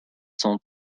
sont